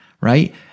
right